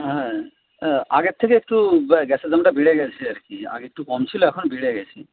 হ্যাঁ হ্যাঁ আগের থেকে একটু গ্যাসের দামটা বেড়ে গেছে আর কি আগে একটু কম ছিলো এখন বেড়ে গেছে